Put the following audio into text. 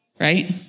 right